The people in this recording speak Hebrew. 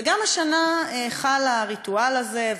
וגם השנה חל הריטואל הזה,